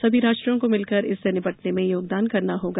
सभी राष्ट्रों को मिलकर इससे निपटने में योगदान करना होगा